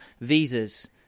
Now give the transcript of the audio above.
visas